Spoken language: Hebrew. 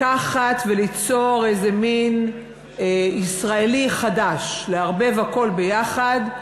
לקחת וליצור איזה מין ישראלי חדש, לערבב הכול יחד,